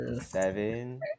seven